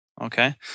Okay